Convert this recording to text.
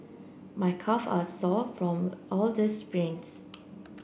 my calve are sore from all the sprints